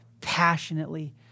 passionately